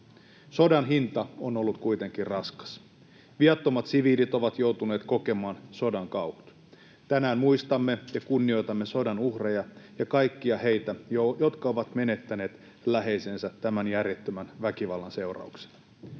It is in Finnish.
Sodan hinta on ollut kuitenkin raskas. Viattomat siviilit ovat joutuneet kokemaan sodan kauhut. Tänään muistamme ja kunnioitamme sodan uhreja ja kaikkia heitä, jotka ovat menettäneet läheisensä tämän järjettömän väkivallan seurauksena.